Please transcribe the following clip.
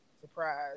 surprise